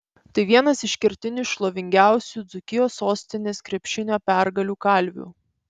tai vienas iš kertinių šlovingiausių dzūkijos sostinės krepšinio pergalių kalvių